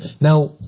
Now